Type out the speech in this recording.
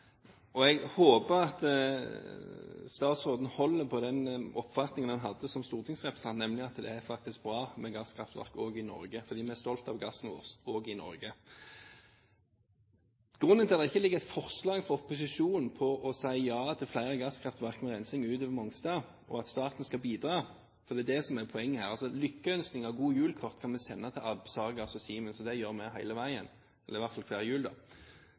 energiminister. Jeg håper at statsråden holder på den oppfatningen han hadde som stortingsrepresentant, nemlig at det er bra med gasskraftverk også i Norge, fordi vi er stolte av gassen vår også i Norge. Grunnen til at det ikke ligger et forslag fra opposisjonen om å si ja til flere gasskraftverk med rensing i tillegg til Mongstad og at staten skal bidra, er at det allerede er fremmet – det er det som er poenget her. Lykkønskninger og god-jul-kort kan vi sende til Sargas og Siemens, og det gjør vi hele tiden – eller i hvert fall hver jul.